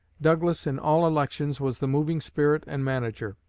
douglas, in all elections, was the moving spirit and manager.